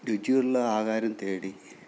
രുചിയുള്ള ആഹാരം തേടി